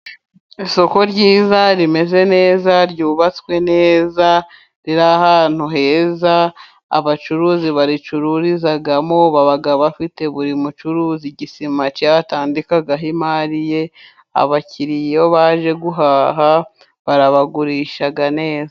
Isoko ryiza rimeze neza, ryubatswe neza, riri ahantu heza, abacuruzi baricururizamo baba bafite buri mucuruzi igisima cye atandikaho imari ye, abakiriya baje guhaha barabagurisha neza.